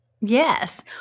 Yes